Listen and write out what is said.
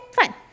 fine